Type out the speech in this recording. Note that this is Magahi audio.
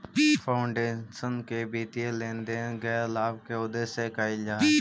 फाउंडेशन के वित्तीय लेन देन गैर लाभ के उद्देश्य से कईल जा हई